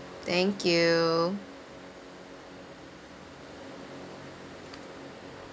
thank you